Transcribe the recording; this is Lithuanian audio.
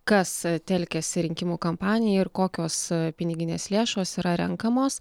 kas telkiasi į rinkimų kampaniją ir kokios piniginės lėšos yra renkamos